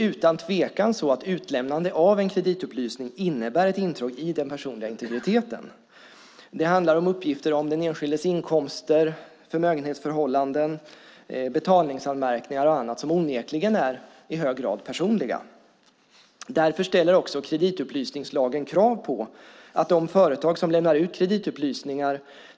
Utan tvekan är det så att utlämnande av en kreditupplysning innebär ett intrång i den personliga integriteten. Det handlar om uppgifter om den enskildes inkomster, förmögenhetsförhållanden, betalningsanmärkningar och annat som onekligen i hög grad är personliga. Därför ställer kreditupplysningslagen krav på de företag som lämnar ut kreditupplysningar.